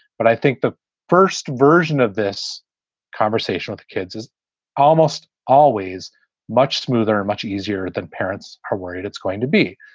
but i think the first version of this conversation with the kids is almost always much smoother and much easier than parents are worried it's going to be.